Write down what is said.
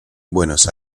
buenos